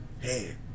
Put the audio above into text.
Hey